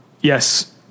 yes